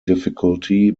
difficulty